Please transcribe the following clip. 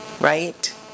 right